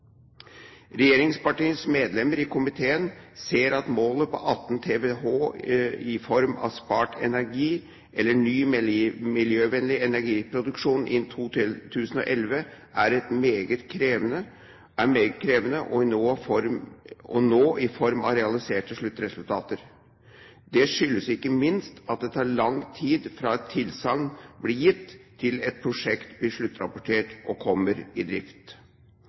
medlemmer i komiteen ser at målet om 18 TWh i form av spart energi eller ny miljøvennlig energiproduksjon innen 2011 er meget krevende å nå i form av realiserte sluttresultater. Det skyldes ikke minst at det tar lang tid fra et tilsagn blir gitt til et prosjekt blir sluttrapportert og kommer i drift.